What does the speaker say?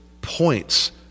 points